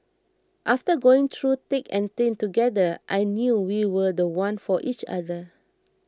after going through thick and thin together I knew we were the one for each other